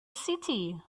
city